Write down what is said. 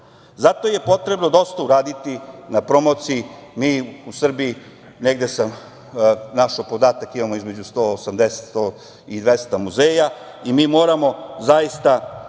Zato je potrebno dosta uraditi na promociji. Mi u Srbiji, negde sam našao podatak, imamo između 180 i 200 muzeja i moramo zaista